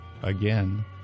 Again